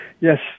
Yes